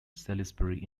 salisbury